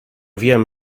wiem